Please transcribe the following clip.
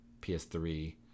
PS3